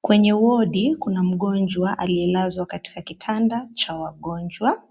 Kwenye wodi kuna mgonjwa aliyelazwa katika kitanda cha wagonjwa.